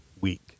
Week